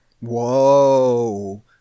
Whoa